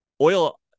oil